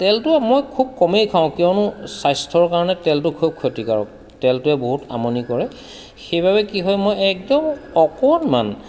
তেলটো মই খুব কমেই খাওঁ কিয়নো স্বাস্থ্যৰ কাৰণে তেলটো খুব ক্ষতিকাৰক তেলটোৱে বহুত আমনি কৰে সেইবাবে কি হয় মই একদম অকণমান